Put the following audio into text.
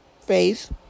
faith